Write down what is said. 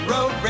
Road